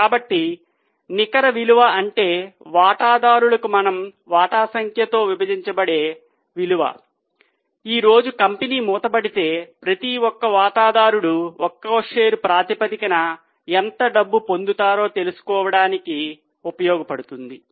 కాబట్టి నికర విలువ అంటే వాటాదారులకు మనం వాటాల సంఖ్యతో విభజించబడే విలువ ఈ రోజు కంపెనీ మూసివేయబడితే ప్రతి వాటాదారుడు ఒక్కో షేరు ప్రాతిపదికన ఎంత డబ్బు పొందుతారో తెలుసుకోవడానికి ఉపయోగపడుతుంది